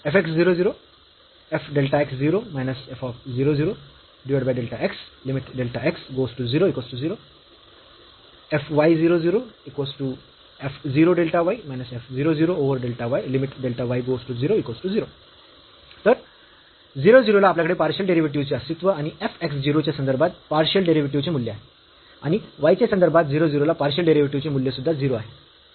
तर 0 0 ला आपल्याकडे पार्शियल डेरिव्हेटिव्हस् चे अस्तित्व आणि f x 0 च्या संदर्भात पार्शियल डेरिव्हेटिव्ह चे मूल्य आहे आणि y च्या संदर्भात 0 0 ला पार्शियल डेरिव्हेटिव्ह चे मूल्य सुद्धा 0 आहे